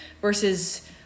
versus